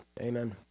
Amen